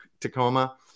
Tacoma